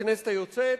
בכנסת היוצאת,